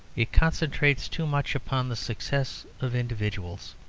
it concentrates too much upon the success of individuals.